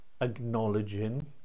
acknowledging